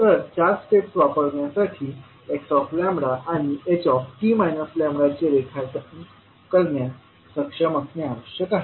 तर चार स्टेप्स वापरण्यासाठी xλ आणि ht λ चे रेखाटन करण्यात सक्षम असणे आवश्यक आहे